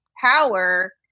power